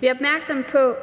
Vi er opmærksomme på,